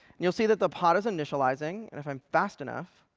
and you'll see that the pod is initializing. and if i'm fast enough